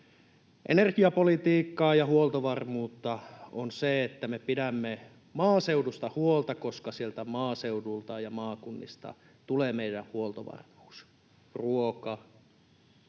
Energiapolitiikkaa ja huoltovarmuutta on se, että me pidämme maaseudusta huolta, koska sieltä maaseudulta ja maakunnista tulee meidän huoltovarmuus: ruoka